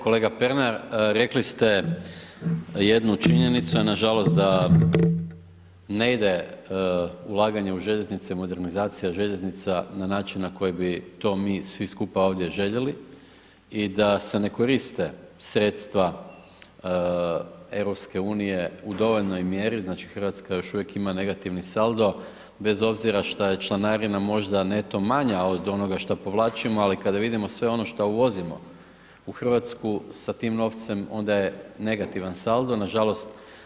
Kolega Pernar, rekli ste jednu činjenicu na žalost da ne ide ulaganje u željeznice, modernizacija željeznica na način na koji bi to mi svi skupa ovdje željeli i da se ne koriste sredstva EU u dovoljnoj mjeri, znači, RH još uvijek ima negativni saldo bez obzira šta je članarina možda neto manja od onoga što povlačimo, ali kada vidimo sve ono što uvozimo u RH sa tim novcem, onda je negativan saldo, nažalost.